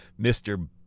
Mr